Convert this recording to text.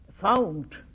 found